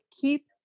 keep